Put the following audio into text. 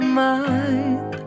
mind